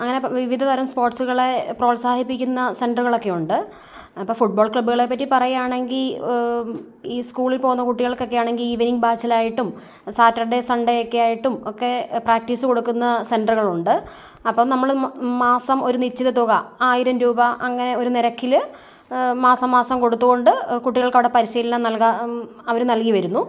അങ്ങനെ വിവിധ തരം സ്പോർട്സുകളെ പ്രോത്സാഹിപ്പിക്കുന്ന സെൻറ്ററുകളൊക്കെയുണ്ട് അപ്പോൾ ഫുട് ബോൾ ക്ലബ്ബുകളെ പറ്റി പറയുകയാണെങ്കിൽ ഈ സ്കൂളിൽ പോകുന്ന കുട്ടികൾക്കൊക്കെയാണെങ്കിൽ ഈവനിംഗ് ബേച്ചിലായിട്ടും സാറ്റർഡേ സൺഡേയൊക്കെയായിട്ടും ഒക്കെ പ്രാക്ടീസ് കൊടുക്കുന്ന സെൻ്ററുകൾ ഉണ്ട് അപ്പം നമ്മൾ മാസം ഒരു നിശ്ചിത തുക ആയിരം രൂപ അങ്ങനെ ഒരു നിരക്കിൽ മാസം മാസം കൊടുത്തുകൊണ്ട് കുട്ടികൾക്ക് അവിടെ പരിശീലനം നൽക അവർ നൽകിവരുന്നു